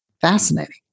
fascinating